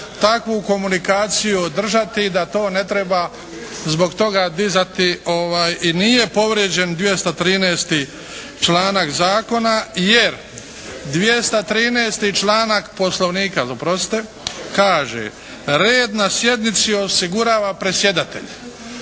takvu komunikaciju održati i da to ne treba zbog toga dizati i nije povrijeđen 213. članak zakona jer 213. članak Poslovnika, oprostite, kaže: “Red na sjednici osigurava predsjedatelj“.